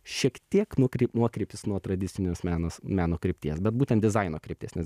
šiek tiek nukryp nuokrypis nuo tradicinės menas meno krypties bet būtent dizaino krypties nes